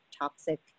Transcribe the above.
toxic